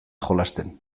jolasten